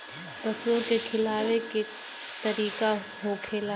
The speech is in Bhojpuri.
पशुओं के खिलावे के का तरीका होखेला?